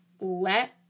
let